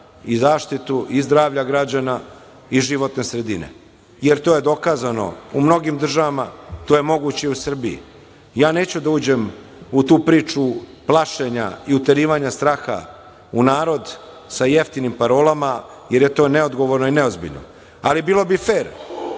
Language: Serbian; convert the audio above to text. i zaštitu i zdravlje građana i životne sredine, jer to je dokazano u mnogim državama, i to je moguće u Srbiji. Ja neću da uđem u tu priču plašenja i uterivanja straha u narod sa jeftinim parolama, jer je to neodgovorno i neozbiljno, ali bi bilo fer